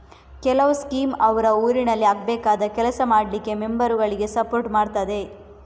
ಕೆಲವು ಸ್ಕೀಮ್ ಅವ್ರ ಊರಿನಲ್ಲಿ ಆಗ್ಬೇಕಾದ ಕೆಲಸ ಮಾಡ್ಲಿಕ್ಕೆ ಮೆಂಬರುಗಳಿಗೆ ಸಪೋರ್ಟ್ ಮಾಡ್ತದೆ